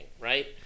right